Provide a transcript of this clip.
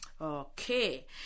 okay